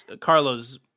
Carlos